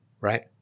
right